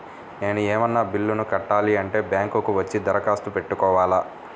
నేను ఏమన్నా బిల్లును కట్టాలి అంటే బ్యాంకు కు వచ్చి దరఖాస్తు పెట్టుకోవాలా?